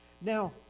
Now